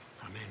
Amen